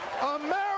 America